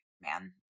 man